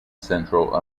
central